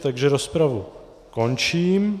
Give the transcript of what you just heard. Takže rozpravu končím.